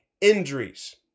injuries